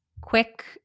quick